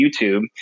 YouTube